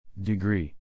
Degree